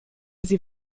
sie